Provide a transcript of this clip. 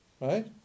Right